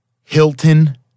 hilton